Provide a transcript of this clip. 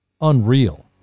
unreal